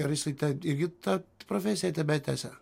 ar jisai irgi tą profesiją tebetęsia